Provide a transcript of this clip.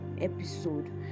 episode